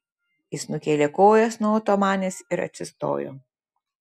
jis nukėlė kojas nuo otomanės ir atsistojo